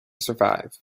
survive